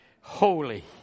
Holy